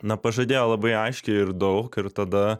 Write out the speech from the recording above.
na pažadėjo labai aiškiai ir daug ir tada